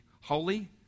holy